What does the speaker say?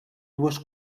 dues